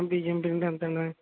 బియ్యం పిండి ఎంత అండి